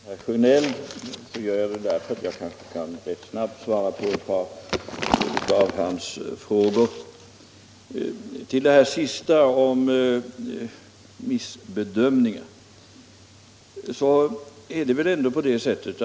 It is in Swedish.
Herr talman! Jag vill börja med att bemöta herr Sjönell, eftersom jag gärna vill svara på ett par av hans frågor. I slutet av sitt senaste anförande talade herr Sjönell om missbedömningar.